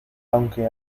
aunque